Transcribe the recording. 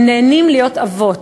הם נהנים להיות אבות.